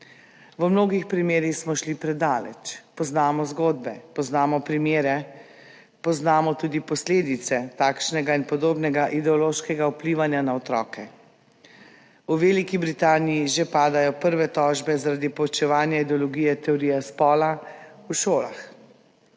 V mnogih primerih smo šli predaleč. Poznamo zgodbe, poznamo primere, poznamo tudi posledice takšnega in podobnega ideološkega vplivanja na otroke. V Veliki Britaniji že padajo prve tožbe zaradi poučevanja ideologije teorija spola v šolah.